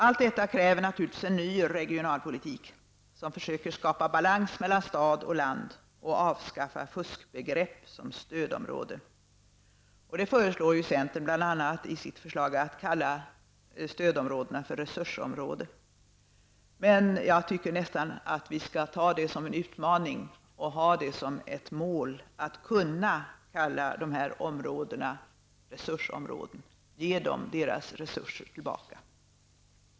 Allt detta kräver naturligtvis en ny regionalpolitik, som försöker skapa balans mellan stad och land och avskaffar fuskbegrepp som ''stödområde''. Centern föreslår ju bl.a. att man skall kalla stödområdena för resursområden, men jag tycker att vi skall ha det som en utmaning och ett mål att kunna kalla områdena för resursområden, ge dem deras resurser tillbaka.